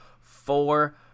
four